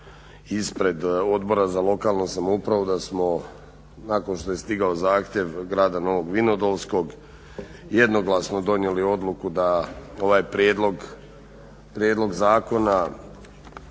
ispred Odbora za lokalnu samoupravu da smo nakon što je stigao zahtjev Grada Novog Vinodolskog jednoglasno donijeli odluku da ovaj Prijedlog zakona